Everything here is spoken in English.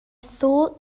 thought